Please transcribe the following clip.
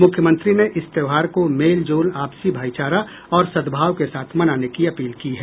मुख्यमंत्री ने इस त्योहार को मेल जोल आपसी भाईचारा और सद्भाव के साथ मनाने की अपील की है